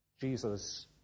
Jesus